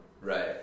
right